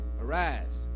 Arise